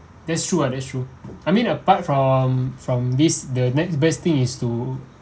that's true ah that's true I mean apart from from this the next best thing is to